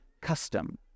custom